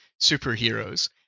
superheroes